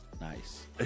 Nice